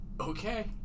okay